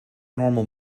normal